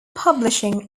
publishing